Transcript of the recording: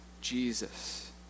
Jesus